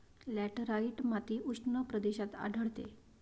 laterite माती उष्ण प्रदेशात आढळते